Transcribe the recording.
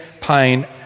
pain